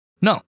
no